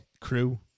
crew